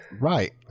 Right